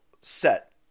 set